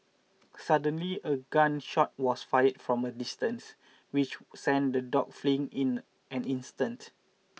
suddenly a gun shot was fired from a distance which sent the dogs fleeing in an instant